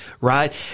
right